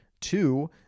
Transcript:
Two